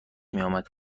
میآمد